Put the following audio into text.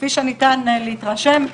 וכפי שניתן להתרשם,